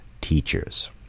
teachers